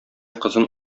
кызын